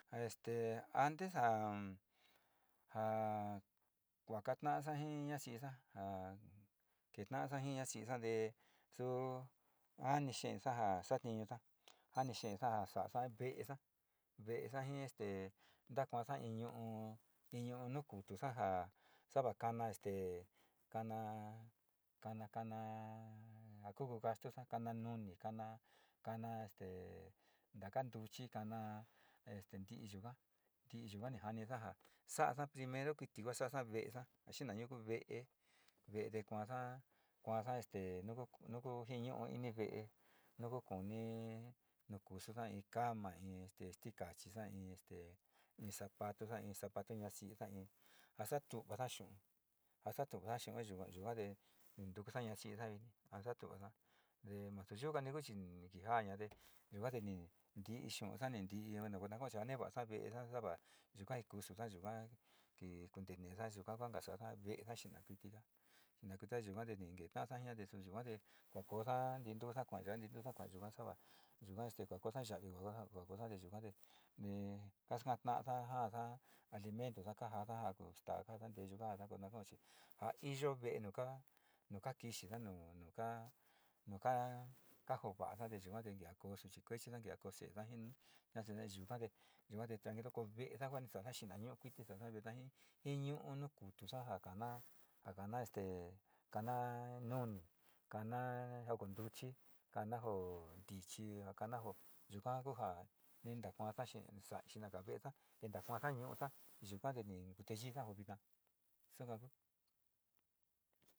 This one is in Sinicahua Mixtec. A este ante ja kuaka ta'asa ji ñasisa ji ñasisa te jani xeesa ja satiñusa, jani xeesa ja sa'asa ve'esa, ve'esa ji ntakuasa in ñu'u tiñu nu kutusa ja sava kana, kana, kana, kana ja ku gastusa kana nuni kana te taka ntuchi kana este nti'i yuka, nti'ii yuka janisa sa'asa primero kuiti sa'asa ve'esa ja snañu'u ku ve'e ve'e te kuasa, kuasa nau ku jiñu'u ini ve'e nu ku kuni nu kusu in cama in stikachisa in te in zapatuza in sapatu ñasisa in a satuvada xu'un q satuvada, xu'u yua te ni ntukusa ñasisa a satuvasa, te nasu yukani kuchi